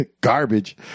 Garbage